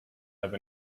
have